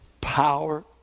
power